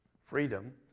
Freedom